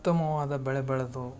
ಉತ್ತಮವಾದ ಬೆಳೆ ಬೆಳೆದು